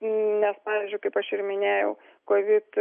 nes pavyzdžiui kaip aš ir minėjau kovid